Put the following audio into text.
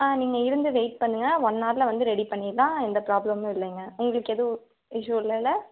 ஆ நீங்கள் இருந்து வெய்ட் பண்ணுங்க ஒன் அவரில் வந்து ரெடி பண்ணிடலாம் எந்த ப்ராப்ளமும் இல்லைங்க உங்களுக்கு எதுவும் இஷ்யூ இல்லயில்ல